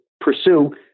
pursue